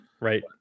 Right